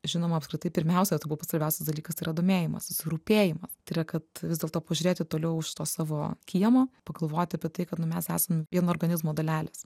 žinoma apskritai pirmiausia galbūt svarbiausias dalykas tai yra domėjimasis rūpėjimas tai yra kad vis dėlto pažiūrėti toliau už to savo kiemo pagalvoti apie tai kad nu mes esam vieno organizmo dalelės